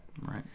Right